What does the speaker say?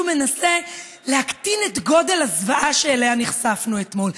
מנסה להקטין את גודל הזוועה שאליה נחשפנו אתמול,